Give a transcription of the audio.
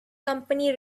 company